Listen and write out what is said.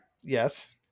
Yes